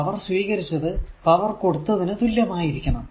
power സ്വീകരിച്ചത് power കൊടുത്തതിനു തുല്യമായിരിക്കണം